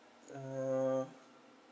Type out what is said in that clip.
uh